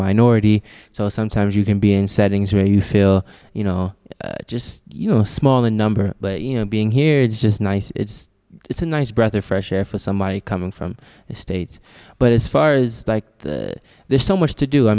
minority so sometimes you can be in settings where you feel you know just you know small in number but you know being here just nice it's a nice breath of fresh air for somebody coming from the states but as far as like there's so much to do i